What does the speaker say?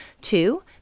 Two